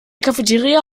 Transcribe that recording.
cafeteria